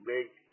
make